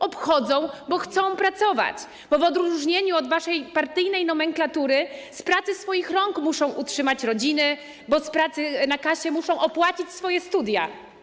Obchodzą go, bo chcą pracować, bo w odróżnieniu od waszej partyjnej nomenklatury z pracy swoich rąk muszą utrzymać rodzinę, bo z pracy na kasie muszą opłacić swoje studia.